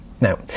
Now